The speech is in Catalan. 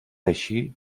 així